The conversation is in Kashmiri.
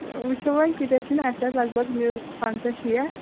وُچھِو وۅنۍ کٲتیٛاہ چھِ نِنۍ اَسہِ ٲسۍ لَگ بَگ نِیُن پٍنٛژاہ شیٚٹھ